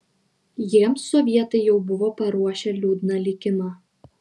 jiems sovietai jau buvo paruošę liūdną likimą